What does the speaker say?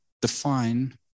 define